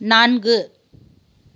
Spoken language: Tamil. நான்கு